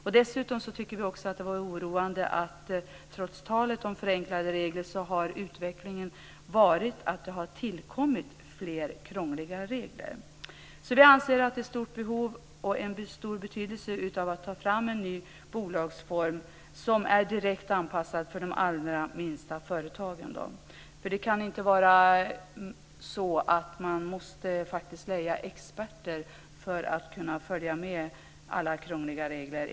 Vidare tycker vi att det är oroande att utvecklingen, trots allt tal om förenklade regler, har varit sådan att det tillkommit fler krångliga regler. Vi anser alltså att det finns ett stort behov av och att det är av stor betydelse att en ny bolagsform tas fram som är direkt anpassad till de allra minsta företagen. Det kan inte vara så att man ska behöva leja experter för att kunna följa med när det gäller alla krångliga regler.